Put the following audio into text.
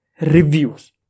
reviews